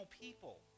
people